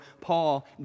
Paul